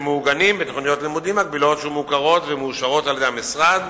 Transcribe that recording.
שמעוגנים בתוכניות לימודים מקבילות שמוכרות ומאושרות על-ידי המשרד,